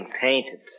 painted